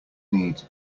need